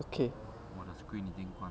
okay what are screen